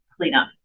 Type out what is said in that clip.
cleanup